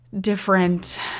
different